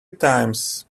times